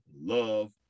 Love